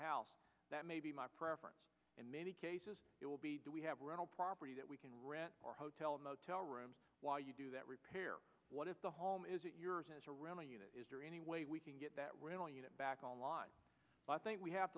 house that may be my preference in many cases it will be do we have a rental property that we can rent or hotel motel rooms while you do that repair what if the home isn't yours as a rental unit is there any way we can get that rental unit back on line i think we have